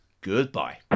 Goodbye